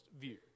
view